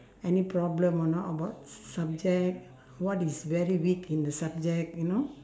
any problem or not about subject what is very weak in the subject you know